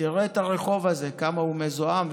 תראה את הרחוב הזה, כמה הוא מזוהם.